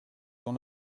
dans